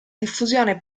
diffusione